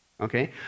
Okay